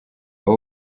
aba